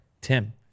Tim